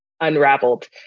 unraveled